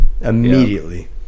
Immediately